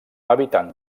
habitant